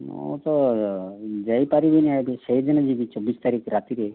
ମୁଁ ତ ଯାଇ ପାରିବିନି ଆଜି ସେଇଦିନ ଯିବି ଚବିଶ ତାରିଖ ରାତିରେ